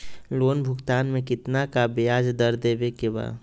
Loan भुगतान में कितना का ब्याज दर देवें के बा?